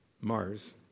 Mars